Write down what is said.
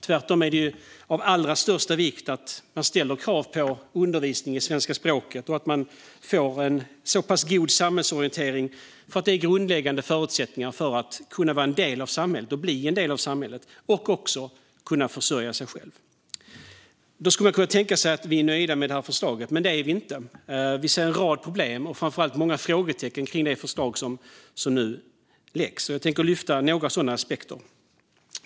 Tvärtom är det av allra största vikt att man ställer krav på undervisning i svenska språket och att de nyanlända får en god samhällsorientering, för det är grundläggande förutsättningar för att de ska kunna bli en del av samhället och kunna försörja sig själva. Då skulle man kunna tänka sig att vi är nöjda med det här förslaget, men det är vi inte. Vi ser en rad problem och framför allt många frågetecken kring det förslag som vi nu debatterar. Jag tänker ta upp några sådana aspekter.